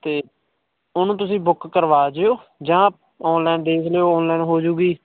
ਅਤੇ ਉਹਨੂੰ ਤੁਸੀਂ ਬੁੱਕ ਕਰਵਾ ਜਿਓ ਜਾਂ ਔਨਲਾਈਨ ਦੇਖ ਲਿਓ ਔਨਲਾਈਨ ਹੋ ਜੂਗੀ